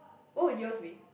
what will yours be